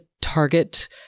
target